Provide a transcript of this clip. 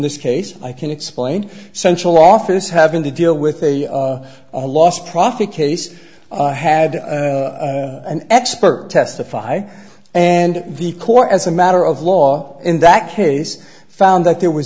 this case i can explain central office having to deal with a lost profit case had an expert testify and the court as a matter of law in that case found that there was